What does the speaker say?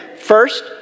first